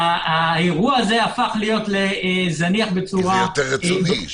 האירוע הזה הפך להיות זניח בצורה יותר משמעותית.